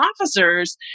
officers